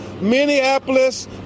Minneapolis